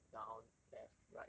down left right